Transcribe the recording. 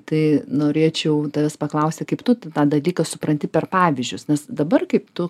tai norėčiau tavęs paklausti kaip tu tą dalyką supranti per pavyzdžius nes dabar kaip tu